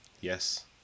Yes